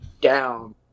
down